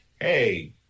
hey